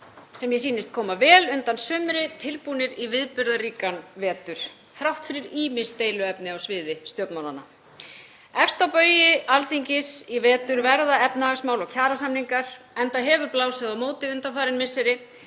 sem mér sýnist koma vel undan sumri, tilbúnir í viðburðaríkan vetur þrátt fyrir ýmis deiluefni á sviði stjórnmálanna. Efst á baugi Alþingis í vetur verða efnahagsmál og kjarasamningar enda hefur blásið á móti undanfarin misseri;